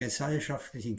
gesellschaftlichen